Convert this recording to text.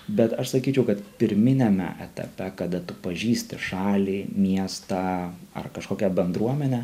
bet aš sakyčiau kad pirminiame etape kada tu pažįsti šalį miestą ar kažkokią bendruomenę